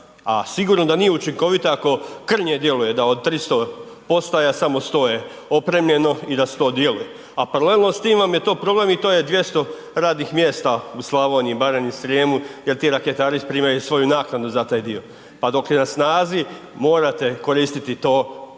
a sigurno da nije učinkovita ako krnje djeluje, da od 300 postaja samo 100 je opremljeno i da 100 djeluje. A paralelno s tim vam je to problem i to je 200 radnih mjesta u Slavoniji, Baranji, Srijemu jer ti raketari primaju svoju naknadu za taj dio. Pa dok je na snazi morate koristiti to, taj